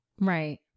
Right